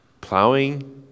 plowing